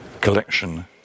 collection